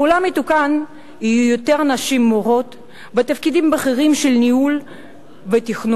בעולם מתוקן יהיו יותר נשים מורות בתפקידים בכירים של ניהול ותכנון,